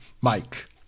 Mike